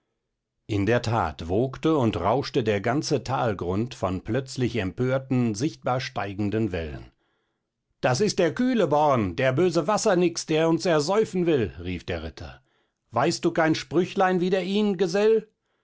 in der tat wogte und rauschte der ganze talgrund von plötzlich empörten sichtbar steigenden wellen das ist der kühleborn der böse wassernix der uns ersäufen will rief der ritter weißt du kein sprüchlein wider ihn gesell